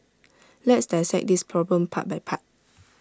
let's dissect this problem part by part